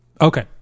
Okay